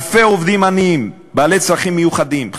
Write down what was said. אלפי עובדים עניים בעלי צרכים מיוחדים,